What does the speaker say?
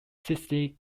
sicily